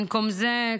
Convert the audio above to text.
במקום זה,